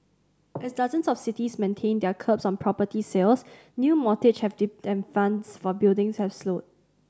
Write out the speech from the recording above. as dozens of cities maintain their curbs on property sales new mortgages have dipped and funds for building have slowed